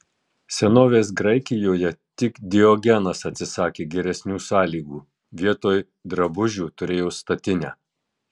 senovės graikijoje tik diogenas atsisakė geresnių sąlygų vietoj drabužių turėjo statinę